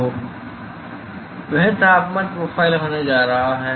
तो वह तापमान प्रोफ़ाइल होने जा रहा है